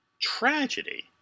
tragedy